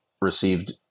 received